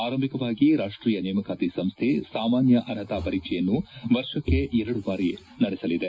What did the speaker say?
ಆರಂಭಿಕವಾಗಿ ರಾಷ್ಟೀಯ ನೇಮಕಾತಿ ಸಂಸ್ಥೆ ಸಾಮಾನ್ಯ ಅರ್ಹತಾ ಪರೀಕ್ಷೆಯನ್ನು ವರ್ಷಕ್ಕೆ ಎರಡು ಬಾರಿ ನಡೆಸಲಿದೆ